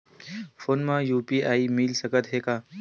Phone मा UPI मिल सकत हे का?